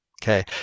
Okay